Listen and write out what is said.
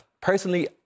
personally